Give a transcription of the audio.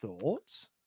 thoughts